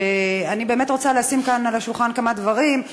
אני באמת רוצה לשים כאן על השולחן כמה דברים.